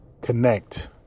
connect